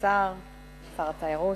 השר, שר התיירות,